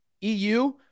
EU